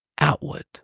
outward